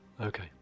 Okay